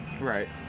Right